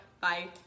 bye